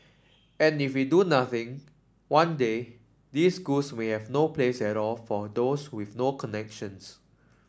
and if we do nothing one day these no place at all for those with no connections